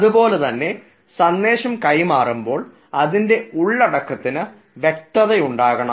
അതുപോലെ തന്നെ സന്ദേശം കൈമാറുമ്പോൾ അതിൻറെ ഉള്ളടക്കത്തിന് വ്യക്തത ഉണ്ടാകണം